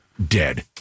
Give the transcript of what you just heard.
Dead